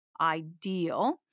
ideal